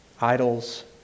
Idols